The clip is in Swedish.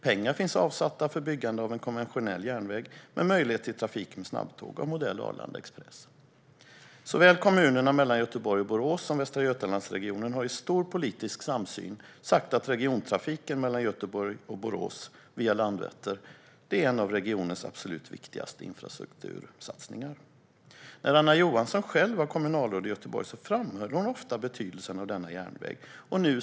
Pengar finns avsatta för byggande av en konventionell järnväg med möjlighet till trafik med snabbtåg av modell Arlanda Express. Kommunerna mellan Göteborg och Borås och Västra Götalandsregionen har i stor politisk samsyn sagt att regiontrafiken mellan Göteborg och Borås, via Landvetter, är en av regionens absolut viktigaste infrastruktursatsningar. När Anna Johansson själv var kommunalråd i Göteborg framhöll hon ofta betydelsen av denna järnväg.